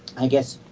i guess,